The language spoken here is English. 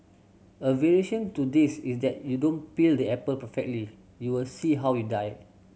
a variation to this is that you don't peel the apple perfectly you will see how you die